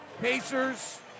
Pacers